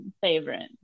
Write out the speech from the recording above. favorite